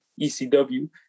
ECW